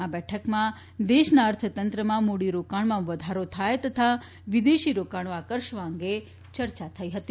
આ બેઠકમાં દેશના અર્થતંત્રમાં મૂડીરોકાણમાં વધારો થાય તથા વિદેશ રોકાણો આકર્ષવા અંગે ચર્ચા થઈ હતી